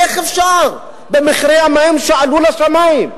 איך אפשר במחירי המים שעלו לשמים?